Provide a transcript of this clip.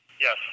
Yes